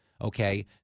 okay